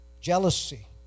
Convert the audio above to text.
Jealousy